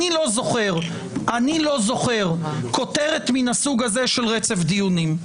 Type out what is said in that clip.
אני לא זוכר כותרת מן הסוג הזה של רצף דיונים.